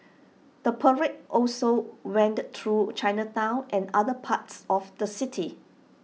the parade also wended through Chinatown and other parts of the city